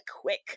quick